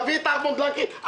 תביא את ארמונד לנקרי.